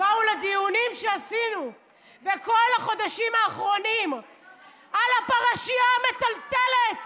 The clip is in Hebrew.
באו לדיונים שעשינו בכל החודשים האחרונים על הפרשייה המטלטלת